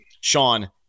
Sean